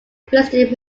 christian